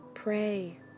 Pray